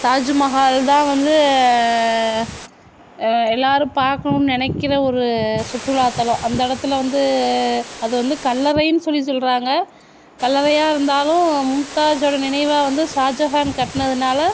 தாஜ்மஹால் தான் வந்து எல்லாரும் பார்க்கணும்னு நினைக்கிற ஒரு சுற்றுலாத்தலம் அந்த இடத்துல வந்து அது வந்து கல்லறைன்னு சொல்லி சொல்லுறாங்க கல்லறையாக இருந்தாலும் மும்தாஜோட நினைவாக வந்து ஷாஜகான் கட்டுனதுனால